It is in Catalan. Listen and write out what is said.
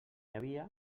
havia